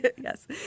Yes